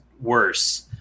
worse